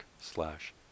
slash